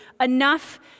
enough